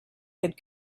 had